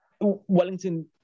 Wellington